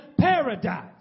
paradise